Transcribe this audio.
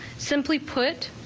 simply put.